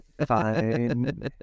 fine